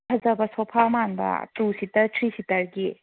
ꯐꯖꯕ ꯁꯣꯐꯥ ꯃꯥꯟꯕ two seater three ꯁꯤꯇꯔꯒꯤ